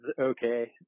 okay